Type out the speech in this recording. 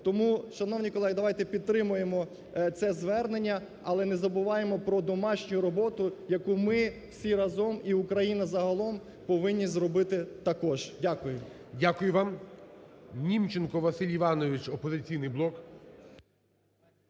Тому шановні колеги, давайте підтримаємо це звернення, але не забуваємо про домашню роботу, яку ми всі разом, і Україна загалом, повинні зробити також. Дякую. ГОЛОВУЮЧИЙ. Дякую вам. Німченко Василь Іванович